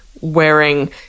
wearing